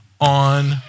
on